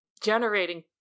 generating